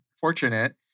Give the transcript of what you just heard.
fortunate